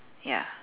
ya